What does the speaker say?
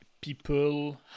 people